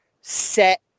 set